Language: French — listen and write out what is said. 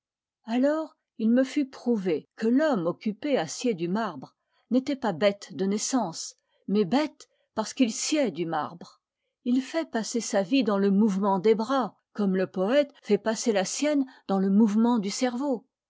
alors il me fut prouvé que l'homme occupé à scier du marbre n'était pas bête de naissance mais bête parce qu'il sciait du marbre il fait passer sa vie dans le mouvement des bras comme le poète fait passer la sienne dans le mouvement du cerveau